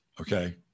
Okay